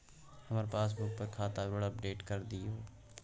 हमर पासबुक पर खाता विवरण अपडेट कर दियो